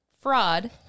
Fraud